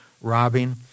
robbing